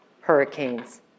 hurricanes